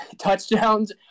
touchdowns